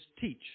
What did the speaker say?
teach